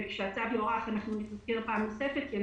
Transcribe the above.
וכשהצו יוארך אנחנו נזכיר פעם נוספת כי אני